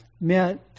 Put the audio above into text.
meant